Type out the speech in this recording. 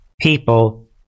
people